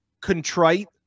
contrite